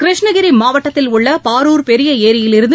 கிருஷ்ணகிரி மாவட்டத்தில் உள்ள பாரூர் பெரிய ஏரியிலிருந்து